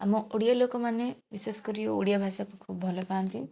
ଆମ ଓଡ଼ିଆ ଲୋକମାନେ ବିଶେଷ କରି ଓଡ଼ିଆ ଭାଷାକୁ ଖୁବ୍ ଭଲପାଆନ୍ତି